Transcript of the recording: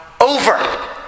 over